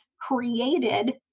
created